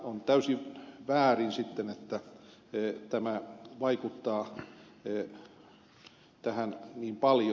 on täysin väärin että tämä vaikuttaa tähän niin paljon